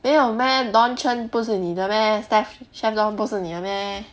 没有 meh don chen 不是你的 meh steph chef don 不是你的 meh